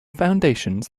foundations